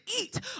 eat